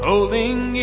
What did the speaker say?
Holding